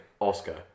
Oscar